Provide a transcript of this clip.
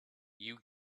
you